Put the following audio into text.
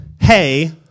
hey